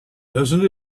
doesn’t